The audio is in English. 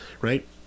right